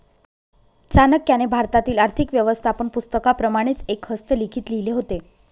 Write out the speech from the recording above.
चाणक्याने भारतातील आर्थिक व्यवस्थापन पुस्तकाप्रमाणेच एक हस्तलिखित लिहिले होते